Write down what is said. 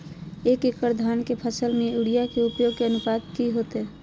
एक एकड़ धान के फसल में यूरिया के उपयोग के अनुपात की होतय?